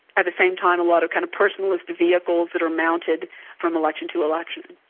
at the same time, a lot of kind of personalist vehicles that are mounted from election to election.